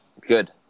Good